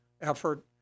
effort